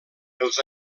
els